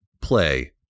play